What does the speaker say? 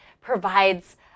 provides